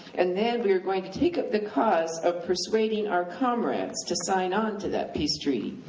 and then we are going to take up the cause of persuading our comrades to sign onto that peace treaty.